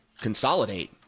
consolidate